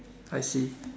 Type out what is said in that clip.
I see